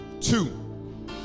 Two